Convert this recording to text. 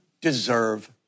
deserve